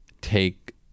take